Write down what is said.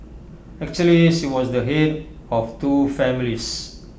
actually she was the Head of two families